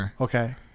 Okay